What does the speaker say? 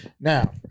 Now